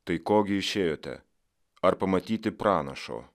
tai ko gi išėjote ar pamatyti pranašo